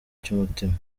cy’umutima